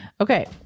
Okay